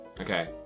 Okay